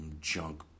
junk